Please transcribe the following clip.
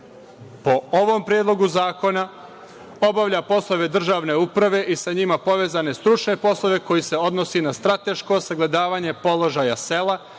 po ovom predlogu zakona, obavlja poslove državne uprave i sa njima povezane stručne poslove koji se odnose na strateško sagledavanje položaja sela